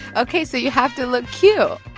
ok. so you have to look cute.